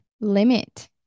limit